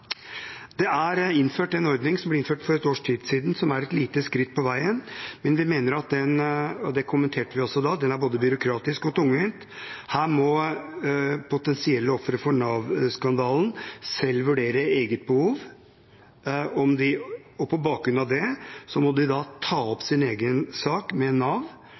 Det er innført en ordning, den ble innført for ett års tid siden, som er et lite skritt på veien, men vi mener – og det kommenterte vi også da – at den er både byråkratisk og tungvinn: Her må potensielle ofre for Nav-skandalen selv vurdere eget behov, og på bakgrunn av det må de ta opp sin egen sak med Nav,